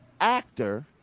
actor